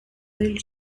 del